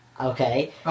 Okay